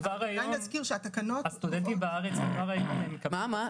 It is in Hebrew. כבר היום ההנחה של 49 שקלים